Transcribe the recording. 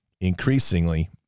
increasingly